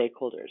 stakeholders